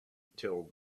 till